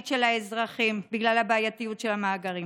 של האזרחים בגלל הבעייתיות של המאגרים?